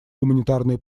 гуманитарные